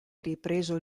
ripreso